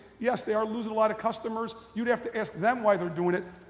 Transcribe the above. yes, they are losing a lot of customers, you would have to ask them why they are doing it.